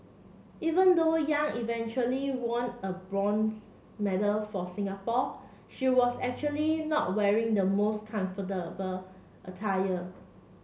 even though Yang eventually won a bronze medal for Singapore she was actually not wearing the most comfortable attire